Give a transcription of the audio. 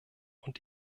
und